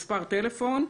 מספר טלפון,